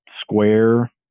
square